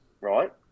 right